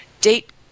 deep